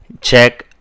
check